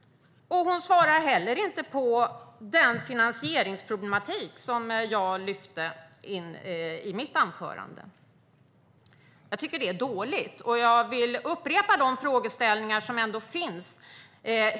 Hon svarar heller inte på den finansieringsproblematik som jag tog upp i mitt anförande. Jag tycker att det är dåligt, och jag vill upprepa de frågeställningar som finns.